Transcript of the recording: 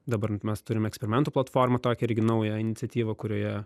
dabar mes turim eksperimentų platformą tokią irgi naują iniciatyvą kurioje